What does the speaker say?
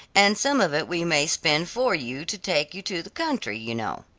and some of it we may spend for you to take you to the country, you know.